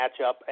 matchup